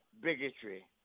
bigotry